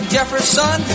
Jefferson